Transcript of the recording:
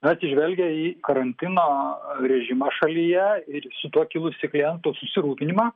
atsižvelgę į karantino režimą šalyje ir su tuo kilusį klientų susirūpinimą